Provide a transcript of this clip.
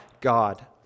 God